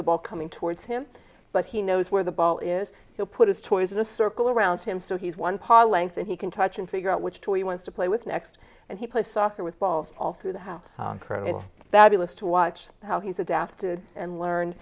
the ball coming towards him but he knows where the ball is he'll put his toys in a circle around him so he's one pod length that he can touch and figure out which two he wants to play with next and he plays softer with balls all through the house that he lives to watch how he's adapted and learn